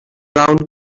round